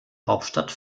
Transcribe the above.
hauptstadt